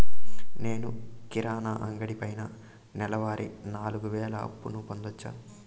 నేను కిరాణా అంగడి పైన నెలవారి నాలుగు వేలు అప్పును పొందొచ్చా?